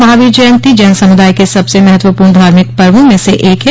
महावीर जयंती जैन समुदाय के सबसे महत्वपूर्ण धार्मिक पर्वो में से एक है